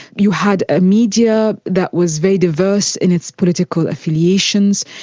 you had a media that was very diverse in its political affiliations.